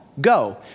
go